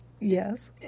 Yes